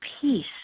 peace